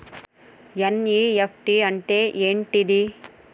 NEFT అంటే ఏంటిది?